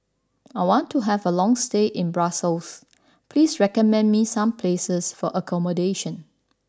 I want to have a long stay in Brussels please recommend me some places for accommodation